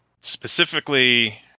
specifically